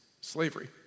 slavery